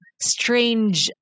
strange